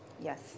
Yes